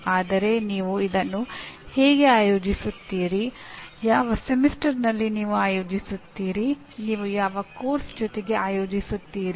ಆದರೆ ನೀವು ಇದನ್ನು ಹೇಗೆ ಆಯೋಜಿಸುತ್ತೀರಿ ಯಾವ ಸೆಮಿಸ್ಟರ್ನಲ್ಲಿ ನೀವು ಆಯೋಜಿಸುತ್ತೀರಿ ನೀವು ಯಾವ ಪಠ್ಯಕ್ರಮದ ಜೊತೆಗೆ ಆಯೋಜಿಸುತ್ತೀರಿ